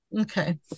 Okay